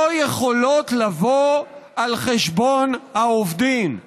לא יכולות לבוא על חשבון העובדים.